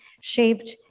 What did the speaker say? shaped